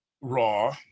Raw